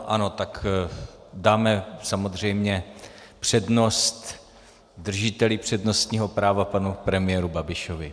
Ano, tak dáme samozřejmě přednost držiteli přednostního práva panu premiéru Babišovi.